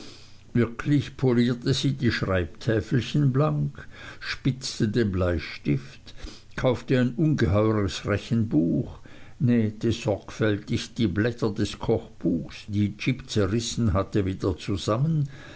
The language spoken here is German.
wirklich polierte sie die schreibtäfelchen blank spitzte den bleistift kaufte ein ungeheures rechenbuch nähte sorgfältig die blätter des kochbuchs die jip zerrissen hatte wieder zusammen